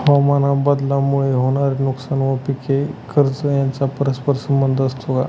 हवामानबदलामुळे होणारे नुकसान व पीक कर्ज यांचा परस्पर संबंध असतो का?